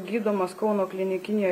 gydomas kauno klinikinėje